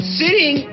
sitting